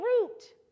root